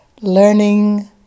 learning